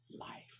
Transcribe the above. life